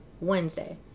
Wednesday